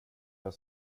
jag